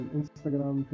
Instagram